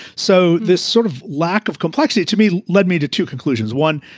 so this sort of lack of complexity to me led me to two conclusions. one,